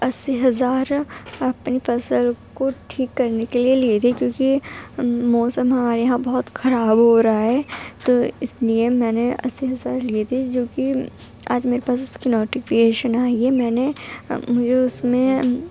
اسّی ہزار اپنی فصل کو ٹھیک کرنے کے لیے تھے کیونکہ موسم ہمارے یہاں بہت خراب ہو رہا ہے تو اس لیے میں نے اسّی ہزار لیے تھے جو کہ آج میرے پاس اس کی نوٹیفیغیشن آئی ہے میں نے مجھے اس میں